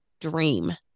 dream